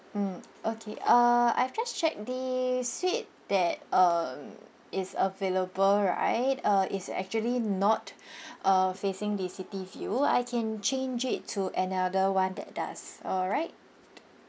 mm okay uh I've just checked the suite that um is available right uh it's actually not uh facing the city view I can change it to another one that does all right